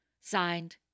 Signed